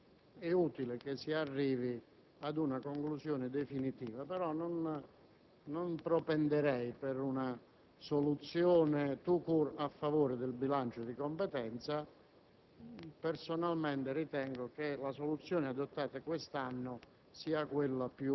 una certa attenzione al problema e secondo me è utile che si arrivi ad una conclusione definitiva, ma non propenderei per una soluzione *tout court* a favore del bilancio di competenza,